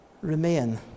remain